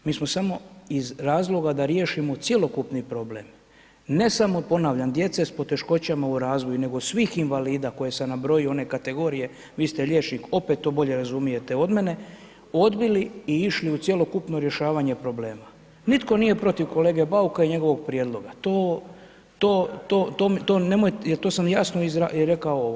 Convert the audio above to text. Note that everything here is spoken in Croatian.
Mi smo samo iz razloga da riješimo cjelokupni problem ne samo ponavljam djece sa poteškoćama u razvoju nego svih invalida, one kategorije, vi ste liječnik, opet to bolje razumijete od mene, odbili i išli u cjelokupno rješavanje problema, nitko nije protiv kolege Bauka i njegovog prijedloga jer to sam jasno i rekao ovo.